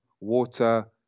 water